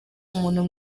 umuntu